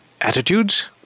attitudes